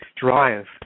drive